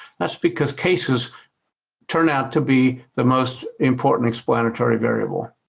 that's because cases turn out to be the most important explanatory variable.